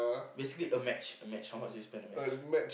basically a match a match how much do you spend a match